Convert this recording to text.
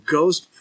Ghost